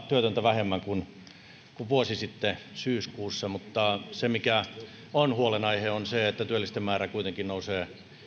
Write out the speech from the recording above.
työtöntä vähemmän kuin vuosi sitten syyskuussa mutta se mikä on huolenaihe on se että työllisten määrä kuitenkin nousee